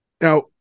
Now